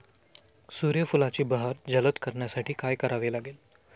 सूर्यफुलाची बहर जलद करण्यासाठी काय करावे लागेल?